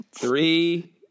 Three